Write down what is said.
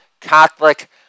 Catholic